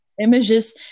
images